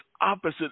opposite